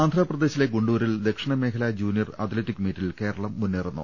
ആന്ധ്രപ്രദേശിലെ ഗുണ്ടൂരിൽ ദക്ഷിണ മേഖല ജൂനിയർ അത്ലറ്റിക് മീറ്റിൽ കേരളം മുന്നേറുന്നു